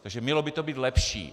Takže mělo by to být lepší.